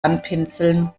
anpinseln